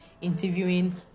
interviewing